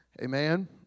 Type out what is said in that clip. Amen